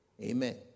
Amen